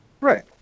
right